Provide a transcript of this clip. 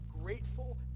grateful